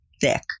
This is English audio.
thick